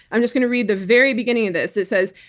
i'm just going to read the very beginning of this. it says,